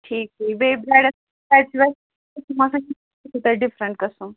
ٹھیٖک بیٚیہِ brands different قٕسٕم